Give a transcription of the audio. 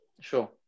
sure